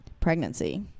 pregnancy